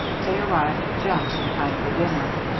they arrived just in time for dinner.